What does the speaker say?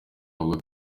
avuga